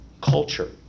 culture